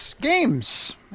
Games